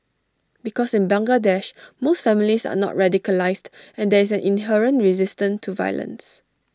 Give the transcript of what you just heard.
because in Bangladesh most families are not radicalised and there is an inherent resistance to violence